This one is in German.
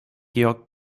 george